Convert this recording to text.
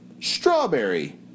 strawberry